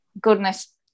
goodness